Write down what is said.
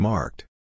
Marked